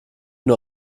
nur